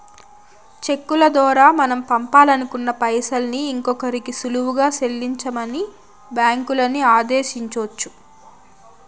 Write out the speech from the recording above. చెక్కుల దోరా మనం పంపాలనుకున్న పైసల్ని ఇంకోరికి సులువుగా సెల్లించమని బ్యాంకులని ఆదేశించొచ్చు